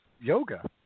yoga